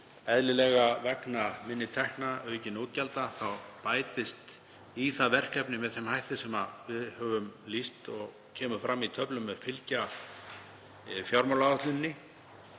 Eðlilega, vegna minni tekna og aukinna útgjalda, bætist í það verkefni með þeim hætti sem við höfum lýst og kemur fram í töflum sem fylgja fjármálaáætluninni.